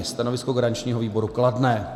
Stanovisko garančního výboru kladné.